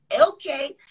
okay